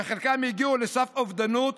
חלקם הגיעו לסף אובדנות,